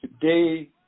today